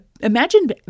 imagine